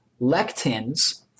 lectins